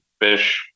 fish